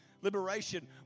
liberation